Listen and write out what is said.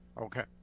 Okay